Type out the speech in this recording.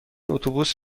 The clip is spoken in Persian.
اتوبوس